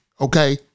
okay